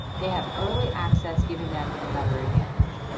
they have early access, giving them another advantage.